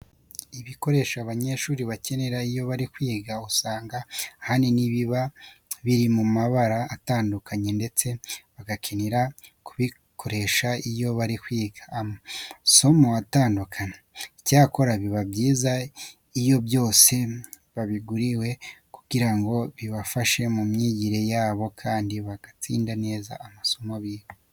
Ibikoresho abanyeshuri bakenera iyo bari kwiga usanga ahanini biba biri mu mabara atandukanye ndetse bagakenera kubikoresha iyo bari kwiga amasomo atandukanye. Icyakora biba byiza iyo byose babiguriwe kugira ngo bibafashe mu myigire yabo kandi batsinde neza amasomo biga.